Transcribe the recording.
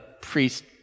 priest